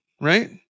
right